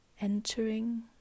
entering